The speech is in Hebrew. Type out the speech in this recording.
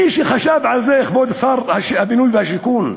מי שחשב על זה, כבוד שר הבינוי והשיכון,